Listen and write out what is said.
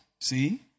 see